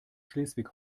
schleswig